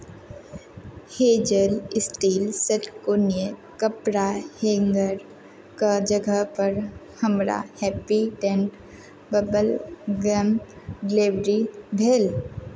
hazel steel षट्कोणीय कपड़ा हैङ्गरके जगहपर हमरा हैप्पी डेन्ट बबलगम डिलीवरी भेल